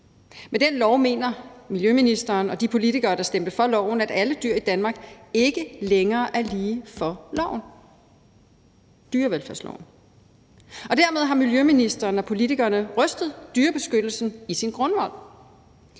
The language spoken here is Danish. Med den lov mener miljøministeren og de politikere, der stemte for loven, at alle dyr i Danmark ikke længere er lige for loven – dyrevelfærdsloven – og dermed har miljøministeren og politikerne rystet dyrebeskyttelsen i sin grundvold.